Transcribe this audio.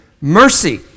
mercy